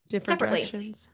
separately